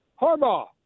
Harbaugh